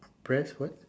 press what